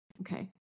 Okay